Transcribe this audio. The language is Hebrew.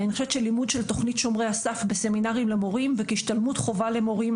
לימוד של תוכנית שומרי הסף בסמינרים למורים וכהשתלמות חובה למורים,